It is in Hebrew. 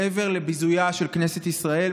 מעבר לביזויה של כנסת ישראל,